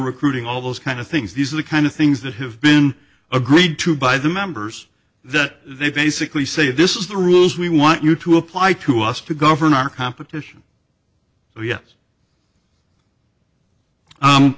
recruiting all those kind of things these are the kind of things that have been agreed to by the members that they basically say this is the rules we want you to apply to us to govern our competition so ye